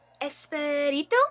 Esperito